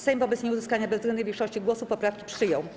Sejm wobec nieuzyskania bezwzględnej większości głosów poprawki przyjął.